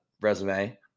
resume